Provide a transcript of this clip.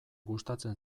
gustatzen